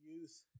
youth